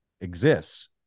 exists